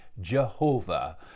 Jehovah